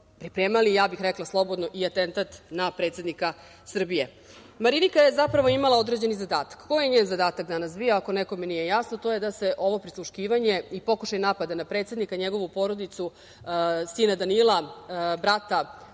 pripremali, ja bih rekla slobodno, i atentat na predsednika Srbije. Marinika je zapravo imala određeni zadatak. Koji je njen zadatak danas bio? Ako nekome nije jasno, to je da se ovo prisluškivanje i pokušaj napada na predsednika i njegovu porodicu, sina Danila, brata